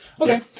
Okay